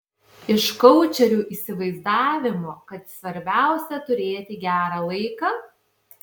iš koučerių įsivaizdavimo kad svarbiausia turėti gerą laiką